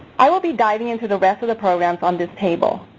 i will be diving into the rest of the programs on this table.